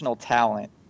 talent